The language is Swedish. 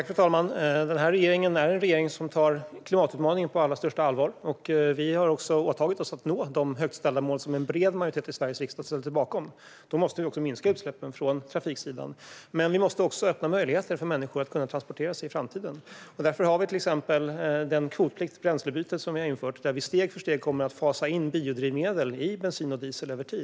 Fru talman! Denna regering är en regering som tar klimatutmaningen på allra största allvar. Vi har också åtagit oss att nå de högt ställda mål som en bred majoritet i Sveriges riksdag ställt sig bakom. Då måste vi minska utsläppen från trafiksidan, men vi måste också öppna möjligheter för människor att transportera sig i framtiden. Därför har vi till exempel infört en kvotplikt, ett bränslebyte, där vi steg för steg över tid kommer att fasa in biodrivmedel i bensin och diesel.